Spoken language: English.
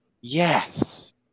Yes